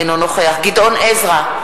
אינו נוכח גדעון עזרא,